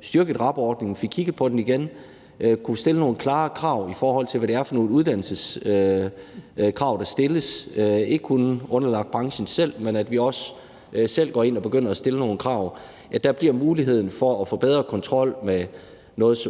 fik styrket RAB-ordningen og fik kigget på den igen. Kunne vi stille nogle klarere krav, i forhold til hvad det er for nogle uddannelseskrav, der stilles – at det ikke kun er underlagt branchen selv, men at vi også selv går ind og begynder at stille nogle krav, så der bliver mulighed for at få bedre kontrol med